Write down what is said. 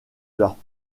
leurs